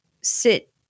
sit